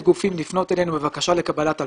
גופים לפנות אלינו בבקשה לקבלת הלוואה.